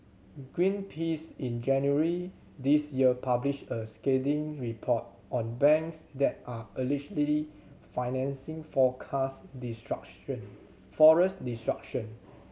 greenpeace in January this year published a scathing report on banks that are allegedly financing forecast destruction forest destruction